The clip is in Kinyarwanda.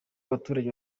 abaturage